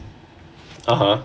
(uh huh)